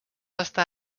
estar